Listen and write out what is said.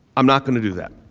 i'm not going to do that.